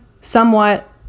somewhat